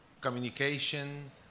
communication